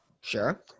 Sure